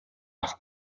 nach